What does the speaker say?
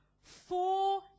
four